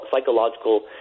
psychological